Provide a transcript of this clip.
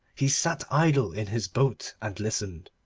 he sat idle in his boat and listened,